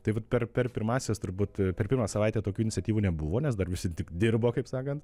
taip vat per per pirmąsias turbūt per pirmą savaitę tokių iniciatyvų nebuvo nes dar visi tik dirbo kaip sakant